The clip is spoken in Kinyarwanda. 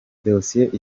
dossier